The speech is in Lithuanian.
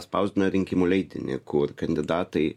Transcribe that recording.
spausdina rinkimų leidinį kur kandidatai